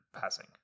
passing